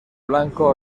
blanco